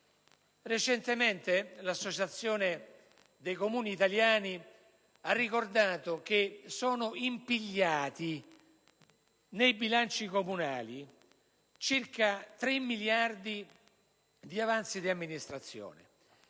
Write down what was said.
Recentemente l'Associazione nazionale dei Comuni italiani ha ricordato che sono impigliati nei bilanci comunali circa tre miliardi di avanzi di amministrazione